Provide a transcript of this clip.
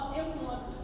influence